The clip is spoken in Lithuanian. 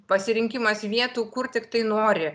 pasirinkimas vietų kur tiktai nori